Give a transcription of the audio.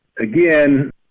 again